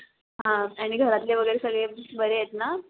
हां आणि घरातले वगैरे सगळे बरे आहेत ना